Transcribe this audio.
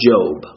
Job